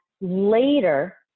later